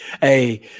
hey